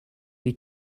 you